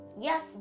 yes